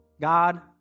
God